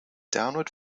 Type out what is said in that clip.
downward